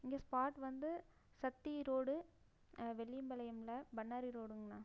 இங்கே ஸ்பாட் வந்து சக்தி ரோடு வெள்ளியம்பாளையத்தில் பண்ணாரி ரோடுங்ண்ணா